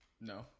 No